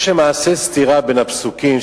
יש למעשה סתירה בין הפסוקים.